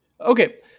Okay